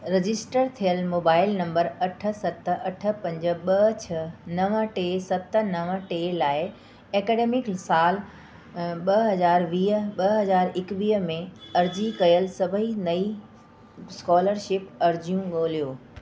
register थियल mobile number अठ सत अठ पंज ॿ छह नव टे सत नव टे लाइ ऐकडेमिक साल ॿ हज़ार वीह ॿ हज़ार एकवीह में अर्ज़ी कयल सभेई नई स्कॉलरशिप अर्ज़ियूं ॻोल्हियो